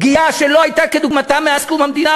פגיעה שלא הייתה כדוגמתה מאז קום המדינה,